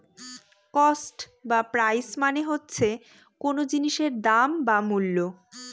cost বা price মানে হচ্ছে কোন জিনিসের দাম বা মূল্য